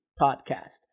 podcast